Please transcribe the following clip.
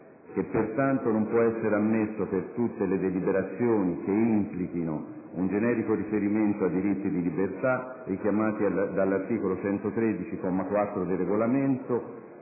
che pertanto «non può essere ammesso per tutte le deliberazioni che implichino un generico riferimento ai diritti di libertà» richiamati dall'articolo 113, comma 4, del Regolamento,